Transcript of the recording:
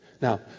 Now